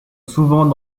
souvent